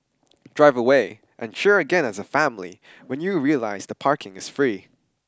drive away and cheer again as a family when you realise that parking is free